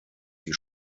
die